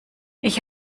ich